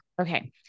Okay